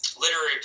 literary